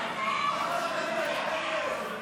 מועצה לחינוך ממלכתי כללי),